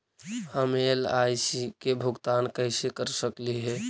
हम एल.आई.सी के भुगतान कैसे कर सकली हे?